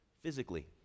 physically